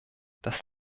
das